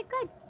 Good